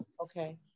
Okay